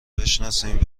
بشناسیم